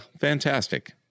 fantastic